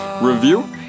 review